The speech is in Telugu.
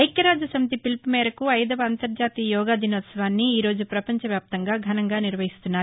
బక్యరాజ్యసమితి పిలుపు మేరకు అయిదవ అంతర్జాతీయ యోగా దినోత్సవాన్ని ఈ రోజు ప్రపంచవ్యాప్తంగా ఘనంగా నిర్వహిస్తున్నారు